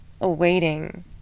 awaiting